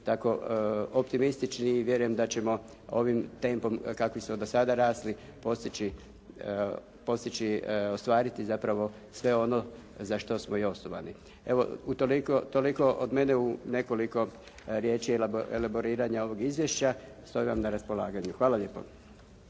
tako optimistični i vjerujem da ćemo ovim tempom kakvi su do sada rasli postići, ostvariti zapravo sve ono za što smo i osnovani. Evo utoliko, toliko od mene u nekoliko riječi elaboriranja ovog izvješća. Stojim vam na raspolaganju. Hvala lijepo.